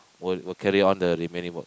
will will carry on the remaining work